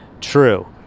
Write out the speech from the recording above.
true